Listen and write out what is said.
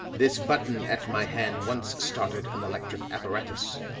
this button at my hand once started an electric apparatus